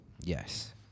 Yes